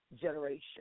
generation